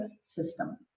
system